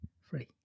free